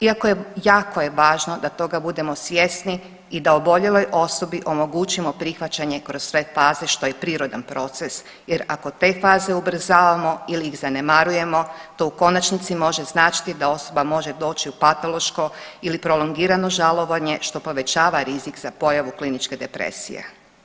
Iako je, jako je važno da toga budemo svjesni i da oboljeloj osobi omogućimo prihvaćanje kroz sve faze što je prirodan proces jer ako te faze ubrzavamo ili ih zanemarujemo to u konačnici može značiti da osoba može doći u patološko ili prolongirano žalovanje, što povećava rizik za pojavu kliničke depresije.